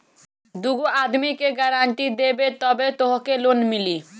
दूगो आदमी के गारंटी देबअ तबे तोहके लोन मिली